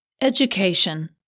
Education